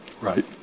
Right